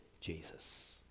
Jesus